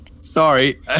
Sorry